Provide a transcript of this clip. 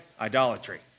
idolatry